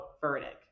verdict